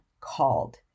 called